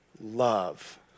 love